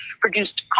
produced